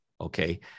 Okay